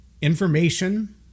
Information